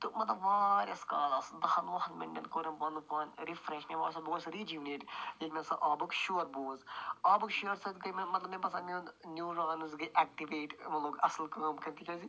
تہٕ مطلب واریاہَس کالَس دَہَن وُہن منٹَن کوٚر مےٚ پَنُن پان رِفریٚش مےٚ باسان بہٕ گوس رِجُووِنیٹ ییٚلہِ مےٚ سُہ آبُک شور بوٗز آبٕکی شورٕ سۭتۍ گٔے مےٚ مطلب مےٚ باسان میٛون نِوٗرانٕز گٔے ایٚکٹِویٹ یِمُو لوگ اصٕل کٲم کَرٕنۍ تِکیٛازِ